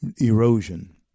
erosion